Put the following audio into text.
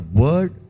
word